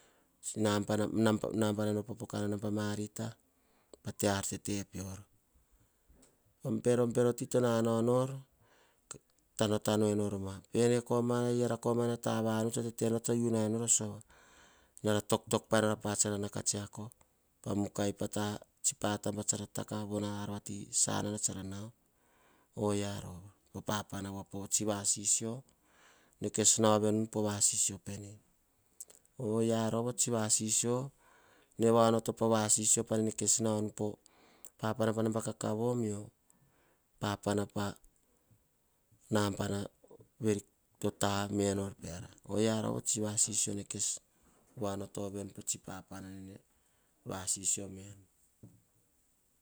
Nabana nor popoka nor a naba marita. Pate ar tete pior, bero ti to nanao nor ka tanotano enor ma, peara komana ta vanu. Tse kes nare nor sava, nara toktok painora pa tsara nau ka tsiako, pa mukai pa to tsi pa taba. Tsara von ka nao. Oyia rova o tsi sasisi nene kes nao ovenu o vasisio. Oyia rova kor o vasisio nene va onot pane vasisio pa we naonu pa mosina pa naba kakavo. Mana papana pa naba to tame nor peara, oyia rova kara nene va onoto nu o sisio pene.